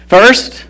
First